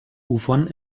ufern